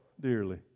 dearly